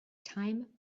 time